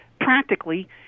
practically